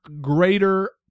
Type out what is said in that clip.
greater